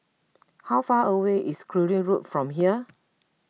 how far away is Cluny Road from here